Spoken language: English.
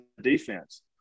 defense